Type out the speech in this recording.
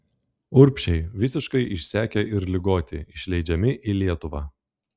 urbšiai visiškai išsekę ir ligoti išleidžiami į lietuvą